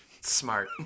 Smart